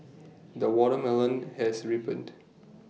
the watermelon has ripened